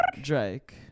Drake